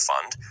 fund